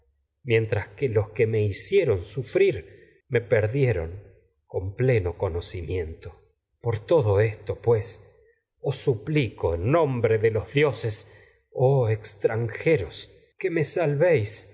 adonde he llegado que me hicieron sufrir me por perdieron os pleno co nombre nocimiento todo esto pues suplico en de lo los dioses oh extranjeros que me salvéis